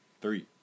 Three